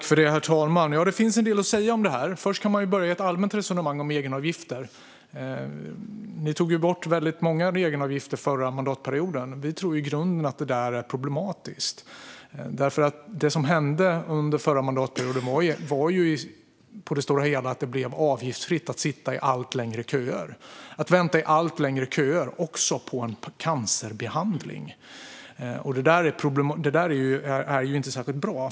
Herr talman! Det finns en del att säga om det här. Man kan börja med ett allmänt resonemang om egenavgifter. Ni tog bort många egenavgifter under förra mandatperioden. Vi tror att det i grunden är problematiskt. Det som hände under förra mandatperioden var på det stora hela att det blev avgiftsfritt att sitta och vänta i allt längre köer - också på en cancerbehandling. Det är inte särskilt bra.